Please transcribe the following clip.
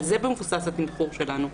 על זה מבוסס התמחור שלנו.